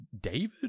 David